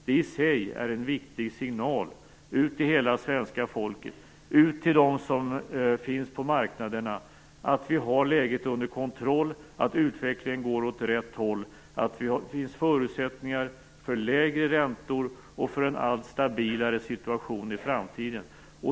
Det i sig är en viktig signal ut till hela svenska folket och ut till dem som finns på marknaderna om att vi har läget under kontroll, att utvecklingen går åt rätt håll och att det finns förutsättningar för lägre räntor och för en allt stabilare situation i framtiden.